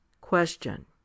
Question